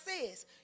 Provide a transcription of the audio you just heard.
says